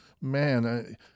man